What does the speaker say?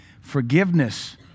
Forgiveness